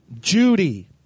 Judy